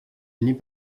unis